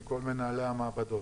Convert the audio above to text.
עם כל מנהלי המעבדות.